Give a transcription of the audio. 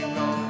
go